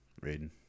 Raiden